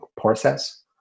process